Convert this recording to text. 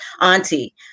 auntie